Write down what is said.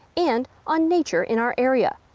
and on nature in our area.